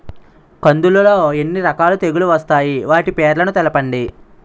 కందులు లో ఎన్ని రకాల తెగులు వస్తాయి? వాటి పేర్లను తెలపండి?